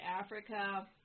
Africa